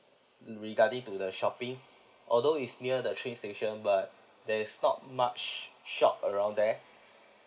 regarding to the shopping although it's near the train station but there's not much shop around there